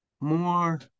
more